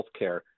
healthcare